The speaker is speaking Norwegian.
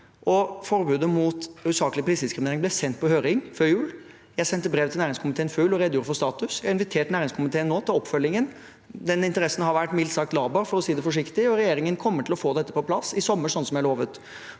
Forbudet mot usaklig prisdiskriminering ble sendt på høring før jul. Jeg sendte brev til næringskomiteen før jul og redegjorde for status. Jeg har invitert næringskomiteen til oppfølgingen. Den interessen har mildt sagt vært laber, for å si det forsiktig, og regjeringen kommer til å få dette på plass i sommer, sånn som jeg lovet.